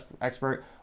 expert